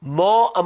more